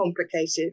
complicated